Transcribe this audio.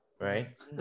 right